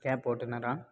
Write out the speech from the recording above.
gap ஓட்டுனரா